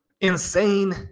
insane